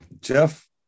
Jeff